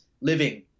living